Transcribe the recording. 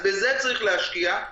בזה צריך להשקיע,